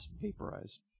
Vaporize